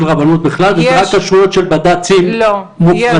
רבנות בכלל וזה רק כשרויות של בד"צים מופרטים?